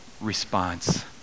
response